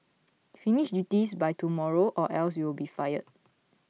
finished this by tomorrow or else you'll be fired